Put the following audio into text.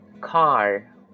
Car